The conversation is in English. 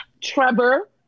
Trevor